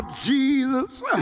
Jesus